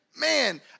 Man